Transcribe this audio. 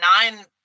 nine